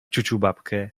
ciuciubabkę